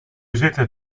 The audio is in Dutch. zitten